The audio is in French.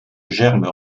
germe